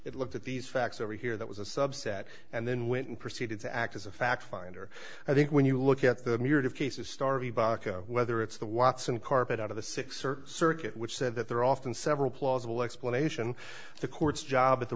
it looked at these facts over here that was a subset and then went and proceeded to act as a fact finder i think when you look at the myriad of cases story baka whether it's the watson carpet out of the six or circuit which said that there are often several plausible explanation the court's job at the